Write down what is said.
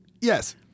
Yes